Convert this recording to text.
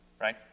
right